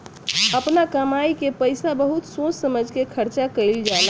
आपना कमाई के पईसा बहुत सोच समझ के खर्चा करल जाला